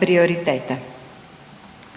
prioritete.